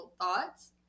thoughts